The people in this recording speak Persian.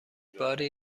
باری